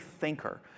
thinker